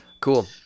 cool